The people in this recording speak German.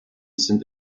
sind